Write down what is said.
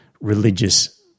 religious